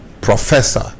professor